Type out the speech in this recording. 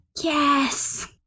Yes